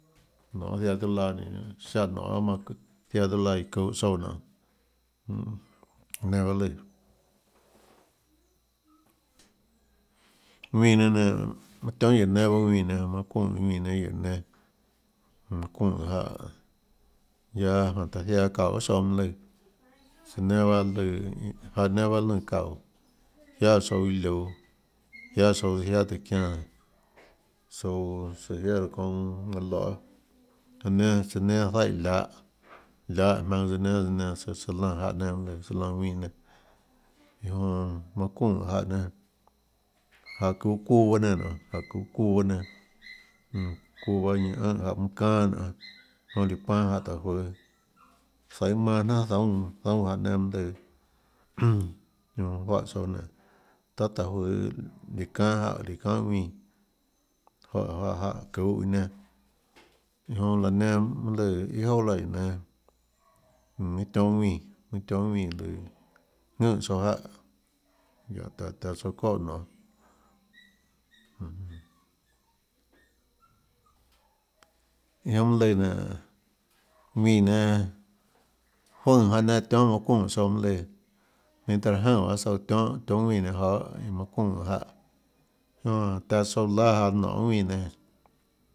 Nonê ziaã tiuâ laã nénå ziáhã nonê manã çuhå zaiã tiuã laã manã iå çuhå tsouã nonê mm nenã baâ lùã ðuínã nénâ nénå mønâ tionhâ guióå nénâ bahâ ðuínã nénâ manã çuunè ðuínã nénâguióå nénâ mmm manã çuunè tsøã jáhã guiaâ jánhå taã ziaã çaúå guiohà tsouã mønâ lùã søã nénâ bahâ lùã jáhã nénâ baâ lùnã çaúå jiáâ tsouã iã liuå jiáâ tsouã tsøã jiáâ tùhå çiánã tsouã tsøã jiáâ laã çounã manã loê jáhã nénâ tsøã nénâ zaíhã lahå lahå jamønã tsøã nénâ tsøã tsøã lánã jáhã nénâ mønâ lùã tsøã lánã ðuínã iã jonã manã çuunè jáhã nénâ jáhã çuhå çuuã bahâ nénâ nonê çuuã bahâ nénâ mm çuuã bahâ ñanã ùnhã çanâ nionê jonã líã panâ jáhã taã juøå zaiê manã jnánhà zoúnâ zoúnâ jáhã nénâ mønâ lùã iã jonã juáhã tsouã nénå tahà taã juøå líã çanhâ jáhã líã çanhâ ðuínã juáhã juáhã jáhã çuhå iã nenã iã jonã laã nenã mønâ lùã iâ jouà laã guióå nénâ mm minâ tionhâ ðuínã minâ tionhâ ðuínã jùnhã tsouã jáhã guiaâ taã tsouã çóhã nonê iã jonã mønâ lùã nénå ðuínã nénâ juønè jáhã nénâ tionhâ manã çuuè tsouã mønâ lùã minhå taã láhå jønè baâ tsouã tionhâ tionhâ ðuínã nénâ joê iã manã çuunè jáhã jonã taã tsouã láâ janå nonå guiohà ðuínã nénâ.